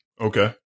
okay